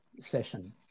session